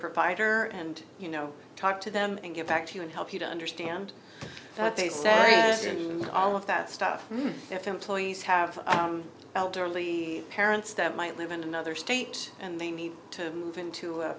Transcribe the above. provider and you know talk to them and get back to you and help you to understand what they said isn't all of that stuff if employees have elderly parents that might live in another state and they need to move into a